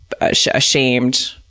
Ashamed